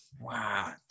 Wow